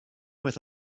with